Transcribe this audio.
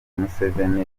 museveni